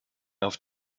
auf